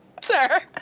sir